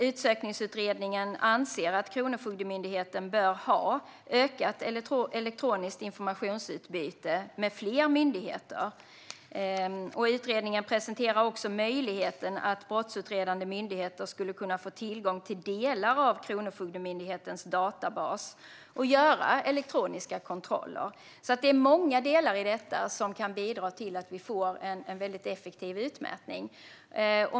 Utsökningsutredningen anser att Kronofogdemyndigheten bör ha ett ökat elektroniskt informationsutbyte med fler myndigheter. Utredningen presenterar också möjligheten att brottsutredande myndigheter skulle kunna få tillgång till delar av Kronofogdemyndighetens databas och göra elektroniska kontroller. Det finns många delar i detta som kan bidra till att det blir en effektiv utmätning.